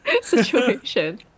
situation